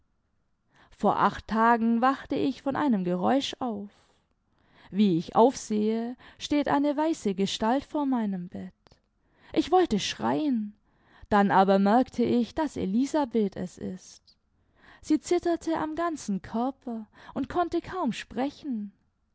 vor acht tagen wachte ich von einem geräusch auf wie ich aufsehe steht eine weiße gestalt vor meinem bett ich wollte schreien dann aber merkte ich daß elisabeth es ist sie zitterte am ganzen körper und konnte kaum sprechen